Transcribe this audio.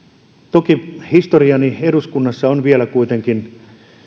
toki historiani eduskunnassa on kuitenkin vasta